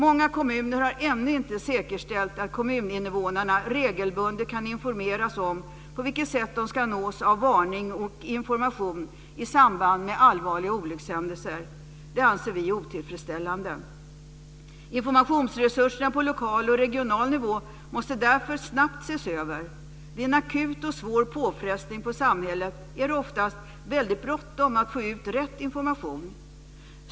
Många kommuner har ännu inte säkerställt att kommuninvånarna regelbundet kan informeras om på vilket sätt de ska nås av varning och information i samband med allvarliga olyckshändelser. Det anser vi är otillfredsställande. Informationsresurserna på lokal och regional nivå måste därför snabbt ses över. Vid en akut och svår påfrestning på samhället är det oftast väldigt bråttom att få ut rätt information.